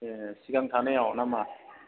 ए सिगां थानायाव ना मा